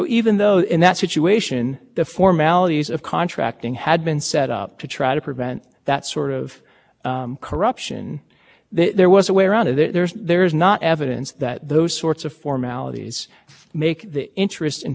many of those states do have processes for trying to make bidding and i asked one real world practical question here are a series of them how many individual federal contractors are there roughly